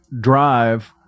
drive